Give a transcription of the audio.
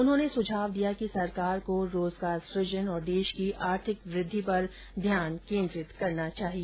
उन्होंने सुझाव दिया कि सरकार को रोजगार सुजन और देश की आर्थिक वृद्धि पर ध्यान केन्द्रित करना चाहिए